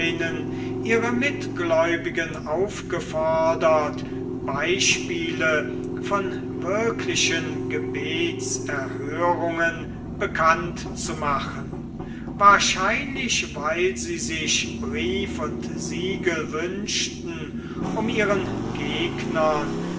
ihre mitgläubigen aufgefordert beispiele von wirklichen gebetserhörungen bekannt zu machen wahrscheinlich weil sie sich brief und siegel wünschten um ihren gegnern